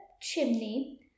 chimney